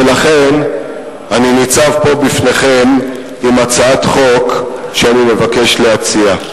ולכן אני ניצב פה בפניכם עם הצעת חוק שאני מבקש להציע.